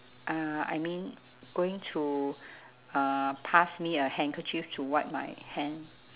uh I mean going to uh pass me a handkerchief to wipe my hand